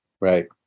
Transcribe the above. Right